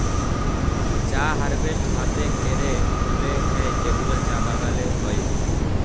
চা হারভেস্ট হ্যাতে ক্যরে তুলে হ্যয় যেগুলা চা বাগালে হ্য়য়